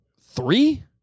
Three